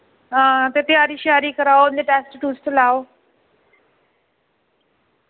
हां ते तयारी श्यारी कराओ इं'दे टैस्ट टूस्ट लैओ